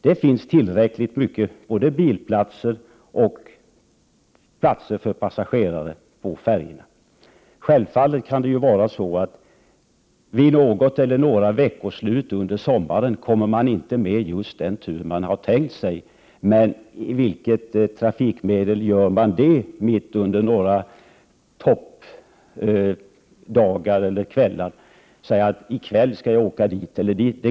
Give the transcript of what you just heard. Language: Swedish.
Det finns tillräckligt många bilplatser och platser för passagerare på färjorna. Självfallet kan det vara så att man vid något eller några veckoslut under sommaren inte kommer med just den tur man har tänkt sig, men i vilket trafikmedel gör man det mitt under toppdagar eller toppkvällar?